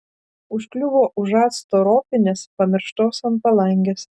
užkliuvo už acto ropinės pamirštos ant palangės